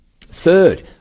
Third